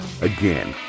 Again